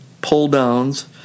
pull-downs